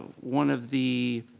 one of the.